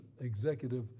executive